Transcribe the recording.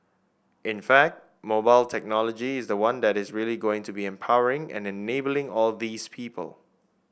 in fact mobile technology is the one that is really going to be empowering and enabling all these people